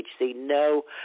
no